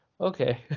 okay